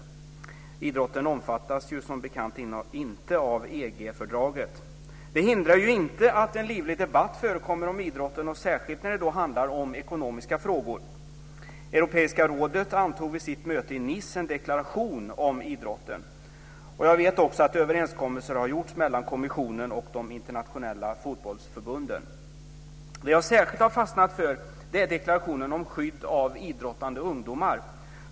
Idrotten omfattas som bekant inte av EG-fördraget. Det hindrar inte att en livlig debatt förekommer om idrotten särskilt när det handlar om ekonomiska frågor. Europeiska rådet antog vid sitt möte i Nice en deklaration om idrotten. Jag vet också att överenskommelser har gjorts mellan kommissionen och de internationella fotbollsförbunden. Det jag särskilt har fastnat för är deklarationen om skydd av idrottande ungdomar.